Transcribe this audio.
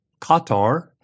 Qatar